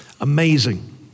Amazing